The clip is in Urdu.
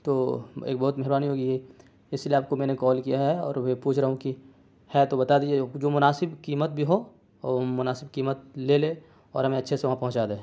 تو ایک بہت مہربانی ہوگی اسی لیے آپ کو میں نے کال کیا ہے اور وہ پوچھ رہا ہوں کہ ہے تو بتا دیجیے جو مناسب قیمت بھی ہو اور مناسب قیمت لے لے اور ہمیں اچھے سے وہاں پہنچا دے